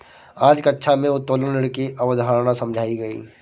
आज कक्षा में उत्तोलन ऋण की अवधारणा समझाई गई